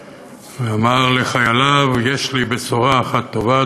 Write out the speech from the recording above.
ואמר לחייליו: יש לי בשורה אחת טובה,